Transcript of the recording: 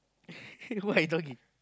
what you talking